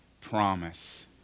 promise